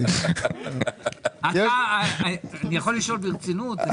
אני יכול לשאול ברצינות?